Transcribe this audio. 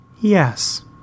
Yes